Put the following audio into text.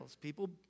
people